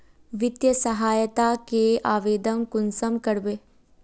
वित्तीय सहायता के आवेदन कुंसम करबे?